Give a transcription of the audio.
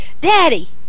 Daddy